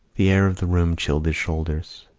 the air of the room chilled his shoulders.